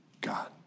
God